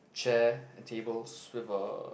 chair and tables with a